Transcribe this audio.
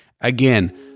Again